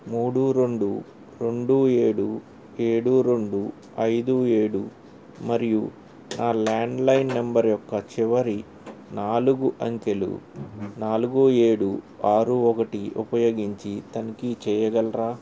మూడు రెండు రెండు ఏడు ఏడు రెండు ఐదు ఏడు మరియు నా ల్యాండ్లైన్ నంబర్ యొక్క చివరి నాలుగు అంకెలు నాలుగు ఏడు ఆరు ఒకటి ఉపయోగించి తనిఖీ చేయగలరా